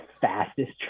fastest